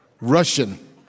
Russian